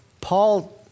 Paul